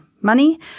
money